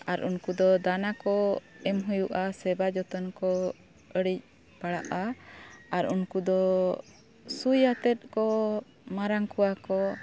ᱟᱨ ᱩᱱᱠᱩ ᱫᱚ ᱫᱟᱱᱟ ᱠᱚ ᱮᱢ ᱦᱩᱭᱩᱜᱼᱟ ᱥᱮᱵᱟ ᱡᱚᱛᱚᱱ ᱠᱚ ᱟᱹᱰᱤ ᱯᱟᱲᱟᱜᱼᱟ ᱟᱨ ᱩᱱᱠᱩ ᱫᱚ ᱥᱩᱭ ᱟᱛᱮᱫ ᱠᱚ ᱢᱟᱨᱟᱝ ᱠᱚᱣᱟ ᱠᱚ